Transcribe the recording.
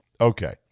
Okay